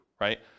right